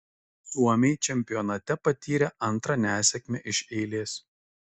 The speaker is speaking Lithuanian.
suomiai čempionate patyrė antrą nesėkmę iš eilės